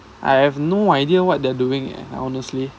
I have no idea what they're doing leh honestly